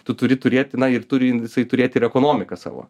turi turėti na ir turi jisai turėti ir ekonomiką savo